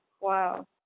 Wow